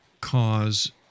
cause